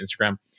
Instagram